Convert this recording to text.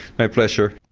my pleasure.